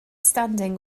standing